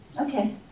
Okay